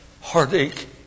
heartache